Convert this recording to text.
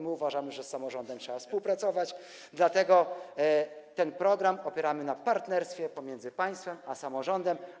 My uważamy, że z samorządem trzeba współpracować, dlatego ten program opieramy na partnerstwie pomiędzy państwem a samorządem.